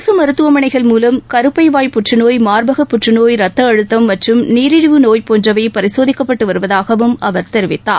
அரசு மருத்துவமனைகள் மூலம் கருப்பை வாய் புற்றுநோய் மார்பக புற்றுநோய் ரத்த அழுத்தம் மற்றும் நீரிழிவு நோய் போன்றவை பரிசோதிக்கப்பட்டு வருவதாகவும் அவர் தெரிவித்தார்